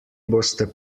boste